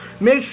Make